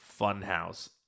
Funhouse